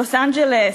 לוס-אנג'לס,